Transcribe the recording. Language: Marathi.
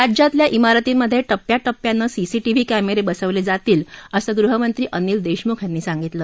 राज्यातल्या मिरतींमध्ये टप्प्याटप्प्यानं सीसीटीव्ही केंमेरे बसवले जातील असं गृहमंत्री अनिल देशमुख यांनी सांगितलं